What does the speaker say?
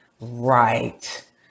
Right